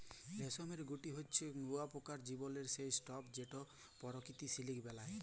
রেশমের গুটি হছে শুঁয়াপকার জীবলের সে স্তুপ যেট পরকিত সিলিক বেলায়